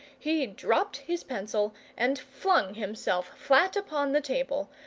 he dropped his pencil and flung himself flat upon the table,